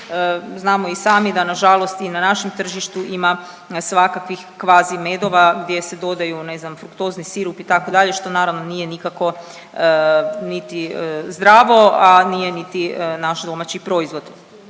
Znamo i sami da nažalost i na našem tržištu ima svakakvih kvazimedova gdje se dodaju, ne znam, fruktozni sirup, itd., što naravno, nije nikako niti zdravo, a nije niti naš domaći proizvod.